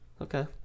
Okay